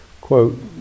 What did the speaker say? quote